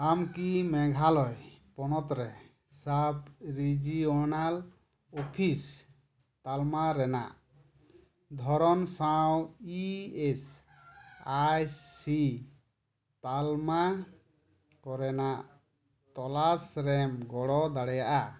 ᱟᱢᱠᱤ ᱢᱮᱜᱷᱟᱞᱚᱭ ᱯᱚᱱᱚᱛᱨᱮ sub regional office ᱛᱟᱞᱢᱟ ᱨᱮᱱᱟᱜ ᱫᱷᱚᱨᱚᱱ ᱥᱟᱶ ᱤ ᱮᱥ ᱟᱭ ᱥᱤ ᱛᱟᱞᱢᱟ ᱠᱚᱨᱮᱱᱟᱜ ᱛᱚᱞᱟᱥᱨᱮᱢ ᱜᱚᱲᱚ ᱫᱟᱲᱮᱭᱟᱜᱼᱟ